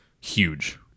huge